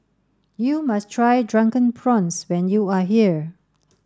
you must try drunken prawns when you are here